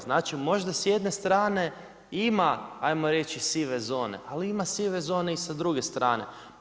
Znači možda s jedne strane ima, hajmo reći sive zone, ali ima sive zone i sa druge strane.